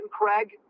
Craig